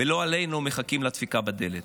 ולא עלינו מחכות לדפיקה בדלת.